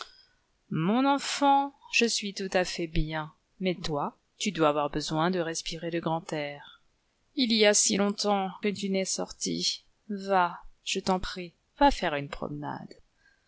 mon enfant je suis tout à fait bien mais toi tu dois avoir besoin de respirer le grand air il y a si longtemps que tu n'es sortie ya je t'en prie va faire une promenade